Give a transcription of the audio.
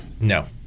No